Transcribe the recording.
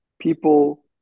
People